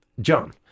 John